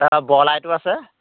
অঁ বৰ লাইটো আছে